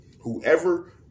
Whoever